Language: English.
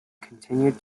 continued